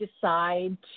decide